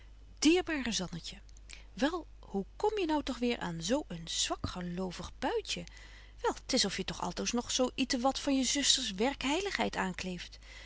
dierbare zannetje wel hoe kom je nou toch weer aan zo een zwakgelovig buitje wel t is of je toch altoos nog zo ietewat van je zusters werkheiligheid